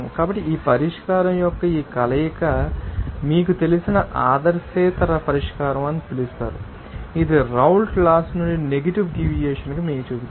కాబట్టి ఈ పరిష్కారం యొక్క ఈ కలయిక మీకు తెలిసిన ఆదర్శేతర పరిష్కారం అని పిలుస్తారు ఇది రౌల్ట్ లాస్ నుండి నెగటివ్ డీవియేషన్ మీకు చూపుతుంది